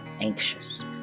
anxious